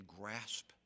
grasp